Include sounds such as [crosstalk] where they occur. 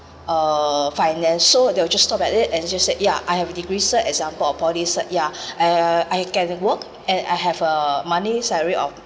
uh finance so they will just stop at it and just said ya I have a degree cert example or poly cert ya [breath] uh I get to work and I have a monthly salary of